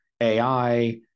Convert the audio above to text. AI